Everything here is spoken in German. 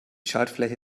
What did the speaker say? schaltfläche